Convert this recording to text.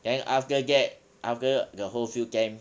then after that after the whole field camp